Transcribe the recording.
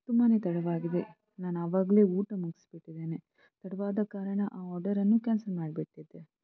ತುಂಬಾ ತಡವಾಗಿದೆ ನಾನು ಆವಾಗಲೇ ಊಟ ಮುಗ್ಸ್ಬಿಟ್ಟಿದ್ದೇನೆ ತಡವಾದ ಕಾರಣ ಆ ಆರ್ಡರನ್ನು ಕ್ಯಾನ್ಸಲ್ ಮಾಡಿಬಿಟ್ಟಿದ್ದೆ